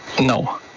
No